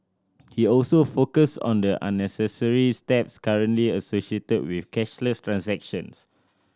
he also focused on the unnecessary steps currently associated with cashless transactions